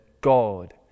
god